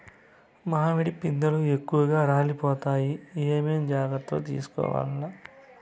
మామిడి పిందెలు ఎక్కువగా రాలిపోతాయి ఏమేం జాగ్రత్తలు తీసుకోవల్ల?